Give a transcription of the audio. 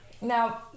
Now